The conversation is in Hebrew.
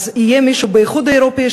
יהיה מישהו באיחוד האירופי,